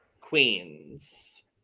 queens